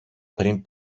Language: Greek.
πριν